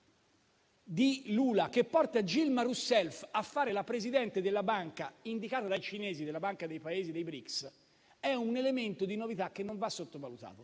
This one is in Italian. di Lula, che porta Dilma Rousseff a fare la presidente della banca indicata dai cinesi, la banca dei Paesi dei BRICS, è un elemento di novità che non va sottovalutato.